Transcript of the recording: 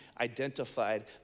identified